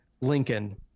Lincoln